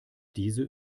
diese